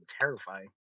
terrifying